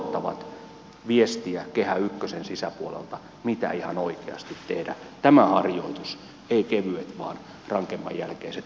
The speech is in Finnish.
kunnat odottavat viestiä kehä ykkösen sisäpuolelta miten ihan oikeasti tehdä tämä harjoitus ei kevyt vaan rankemman jälkeinen minkä jälkeen tulee uusi yritys